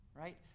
right